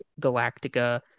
galactica